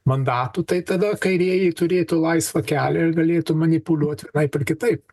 mandatų tai tada kairieji turėtų laisvą kelią ir galėtų manipuliuot vienaip ir kitaip